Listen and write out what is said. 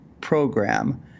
program